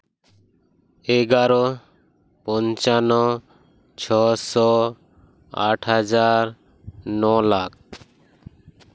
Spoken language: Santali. ᱮᱜᱟᱨᱚ ᱯᱚᱧᱪᱟᱱᱱᱚ ᱪᱷᱚᱥᱚ ᱟᱴ ᱦᱟᱫᱟᱨ ᱱᱚ ᱞᱟᱠᱷ